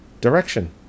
direction